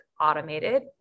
automated